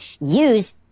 use